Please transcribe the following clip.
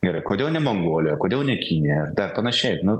gerai kodėl ne mongolija kodėl ne kinija dar panašiai nu